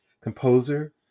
composer